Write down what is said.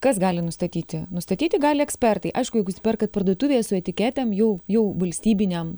kas gali nustatyti nustatyti gali ekspertai aišku jeigu jūs perkat parduotuvėje su etiketėm jau jau valstybiniam